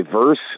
diverse